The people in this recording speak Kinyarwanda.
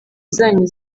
zanyu